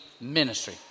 ministry